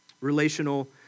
relational